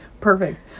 perfect